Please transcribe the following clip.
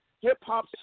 hip-hop